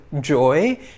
joy